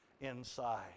inside